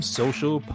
social